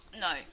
no